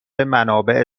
منابع